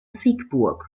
siegburg